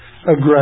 aggressive